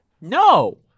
No